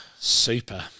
Super